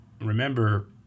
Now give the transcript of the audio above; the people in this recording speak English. remember